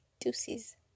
Deuces